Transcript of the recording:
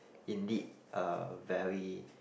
indeed a very